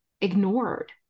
ignored